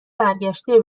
برگشته